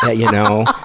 ah you know